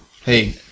Hey